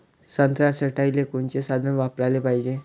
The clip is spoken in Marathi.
संत्रा छटाईले कोनचे साधन वापराले पाहिजे?